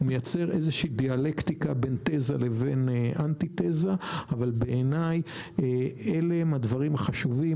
ומייצר דיאלקטיקה בין תזה בין אנטיתזה אבל בעיניי אלה הדברים החשובים.